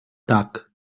tak